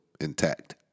intact